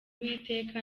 uwiteka